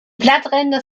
blattränder